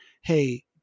Hey